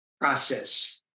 process